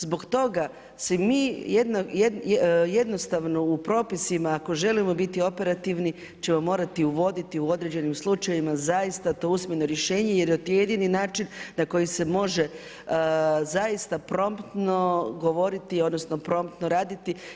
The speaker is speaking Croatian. Zbog toga se mi jednostavno u propisima ako želim biti operativni ćemo morati uvoditi u određenim slučajevima zaista to usmeno rješenje jer je to jedini način na koji se može zaista promptno govoriti odnosno promptno raditi.